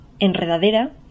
Enredadera